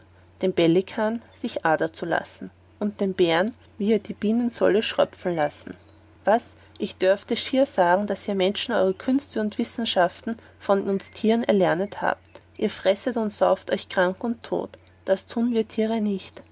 den pelikan sich ader zu lassen und den bärn wie er ihm von den bienen solle schröpfen lassen was ich dörfte schier sagen daß ihr menschen eure künste und wissenschaften von uns tieren erlernet habet ihr freßt und sauft euch krank und tot das tun wir tiere aber nicht